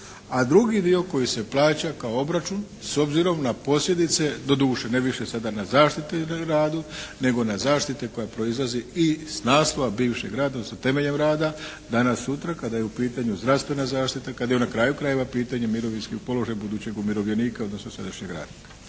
a drugi dio koji se plaća kao obračun s obzirom na posljedice, doduše ne više sada na zaštite na radu nego na zaštite koja proizlazi i s naslova bivšeg rada, odnosno temeljem rada danas-sutra kada je u pitanju zdravstvena zaštita, kada je na kraju krajeva pitanje mirovinski položaj budućeg umirovljenika, odnosno sadašnjeg radnika.